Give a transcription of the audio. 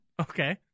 Okay